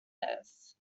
this